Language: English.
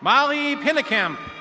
molly pinickem.